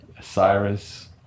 Cyrus